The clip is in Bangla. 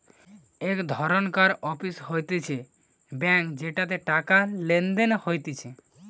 এক ধরণকার অফিস হতিছে ব্যাঙ্ক যেটাতে টাকা লেনদেন হতিছে